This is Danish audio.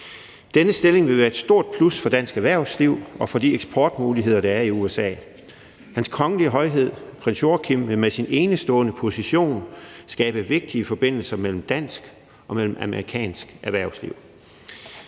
Denne stilling vil være et stort plus for dansk erhvervsliv og i forhold til de eksportmuligheder, der er i USA. Hans Kongelige Højhed Prins Joachim vil med sin enestående position skabe vigtige forbindelser mellem dansk og amerikansk erhvervsliv.